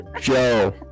Joe